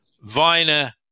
Viner